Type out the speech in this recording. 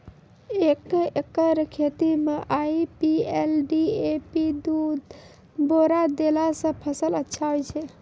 एक एकरऽ खेती मे आई.पी.एल डी.ए.पी दु बोरा देला से फ़सल अच्छा होय छै?